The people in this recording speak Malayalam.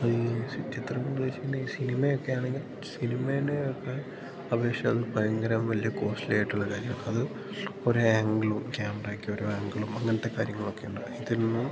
അയ്യോ ചിത്രം കൊണ്ടുദ്ദേശിക്കുന്നത് സിനിമയൊക്കെയാണെങ്കിൽ സിനിമേനെയൊക്ക അപേക്ഷിച്ചത് ഭയങ്കര വലിയ കോസ്റ്റ്ലിയായിട്ടുള്ള കാര്യമാണ് അത് ഒരാങ്കിളും ക്യാമറയ്ക്കോരോ ആങ്കിളും അങ്ങനത്തെ കാര്യങ്ങളൊക്കെയുണ്ട് ഇതിൽ നിന്ന്